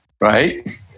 Right